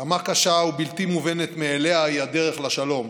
כמה קשה ובלתי מובנת מאליה היא הדרך לשלום,